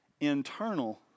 internal